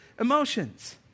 emotions